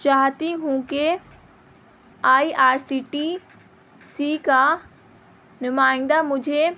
چاہتی ہوں کہ I R C T C کا نمائندہ مجھے